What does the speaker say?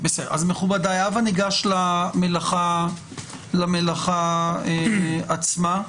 מכובדי, הבה ניגש למלאכה עצמה.